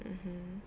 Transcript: mmhmm